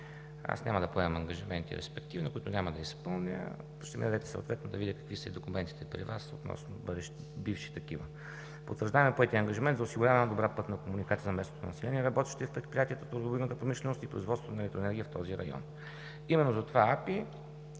Няма да поемам ангажименти респективно, които няма да изпълня. Предстои и съответно да видя какви са документите при Вас относно бивши такива. Потвърждавам поетия ангажимент за осигуряване на добра пътна комуникация на местното население, работещо в предприятието по миннодобивната промишленост и производството на електроенергия в този район. Именно затова АПИ